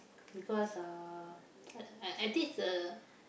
because uh I I think it's a